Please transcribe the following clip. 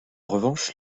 revanche